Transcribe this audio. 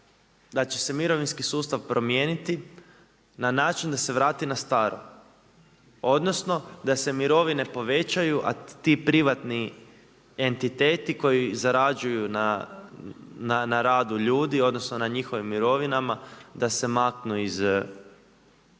da će mirovinski sustav promijeniti na način da se vrati na staro, odnosno da se mirovine povećaju a ti privatni entiteti koji zarađuju na radu ljudi, odnosno na njihovim mirovinama, da se maknu iz,